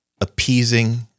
appeasing